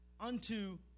unto